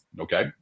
Okay